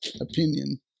opinion